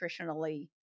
nutritionally